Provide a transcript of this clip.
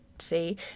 See